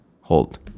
hold